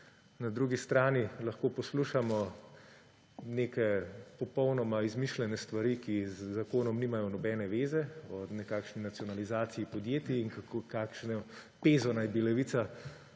na drugi strani poslušamo neke popolnoma izmišljene stvari, ki z zakonom nimajo nobene zveze, od nekakšnih nacionalizacij podjetij in kakšno pezo naj bi Levica